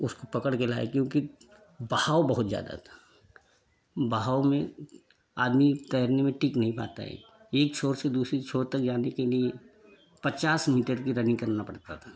उसको पकड़ के लाए क्योंकि बहाव बहुत ज़्यादा था बहाव में आदमी तैरने में टिक नहीं पाता है एक छोर से दूसरी छोर तक जाने के लिए पचास मीटर की रनिंग करना पड़ता था